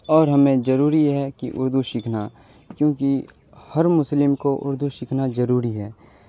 اور ہمیں ضروری ہے کہ اردو سیکھنا کیونکہ ہر مسلم کو اردو سیکھنا ضروری ہے